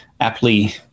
aptly